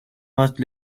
much